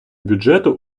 бюджету